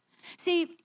See